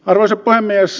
arvoisa puhemies